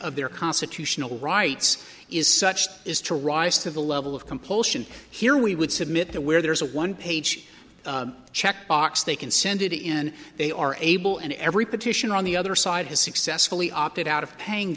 of their constitutional rights is such that is to rise to the level of compulsion here we would submit it where there is a one page check box they can send it in they are able and every petition on the other side has successfully opted out of paying